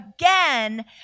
again